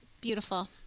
Beautiful